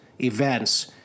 events